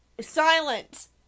Silence